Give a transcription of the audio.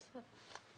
בסדר.